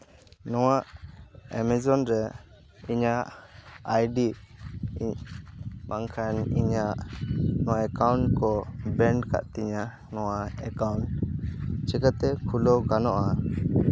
ᱱᱚᱣᱟ ᱮᱢᱟᱡᱚᱱ ᱨᱮ ᱤᱧᱟᱹᱜ ᱟᱭᱰᱤ ᱵᱟᱝᱠᱷᱟᱱ ᱤᱧᱟᱹᱜ ᱱᱚᱣᱟ ᱮᱠᱟᱣᱩᱱᱴ ᱠᱚ ᱵᱮᱱ ᱟᱠᱟᱫ ᱛᱤᱧᱟᱹ ᱱᱚᱣᱟ ᱮᱠᱟᱣᱩᱱᱴ ᱪᱤᱠᱟᱹᱛᱮ ᱠᱷᱩᱞᱟᱹᱣ ᱜᱟᱱᱚᱜᱼᱟ